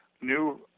new